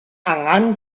angan